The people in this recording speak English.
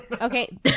Okay